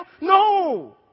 No